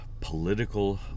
political